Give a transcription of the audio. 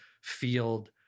field